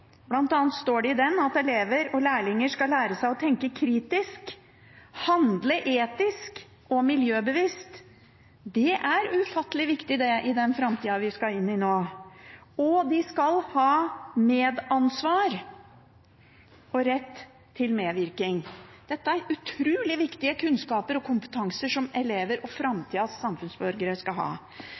står det i den at elever og lærlinger skal lære å tenke kritisk og handle etisk og miljøbevisst. Det er ufattelig viktig i den framtida vi skal inn i nå. Og de skal ha medansvar og rett til medvirkning. Dette er utrolig viktig kunnskap og kompetanse for elever og framtidas samfunnsborgere. Det er derfor SV satser på at vi skal ha